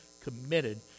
committed